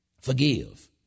forgive